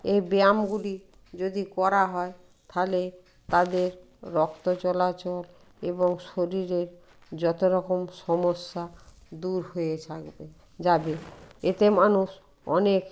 এই ব্যায়ামগুলি যদি করা হয় তাহলে তাদের রক্ত চলাচল এবং শরীরে যতো রকম সমস্যা দূর হয়ে থাকবে যাবে এতে মানুষ অনেক